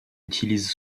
utilise